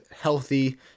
healthy